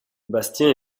bastien